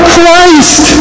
Christ